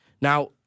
now